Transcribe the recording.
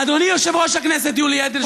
אני פונה מכאן ליושב-ראש הכנסת יולי אדלשטיין,